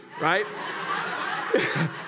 right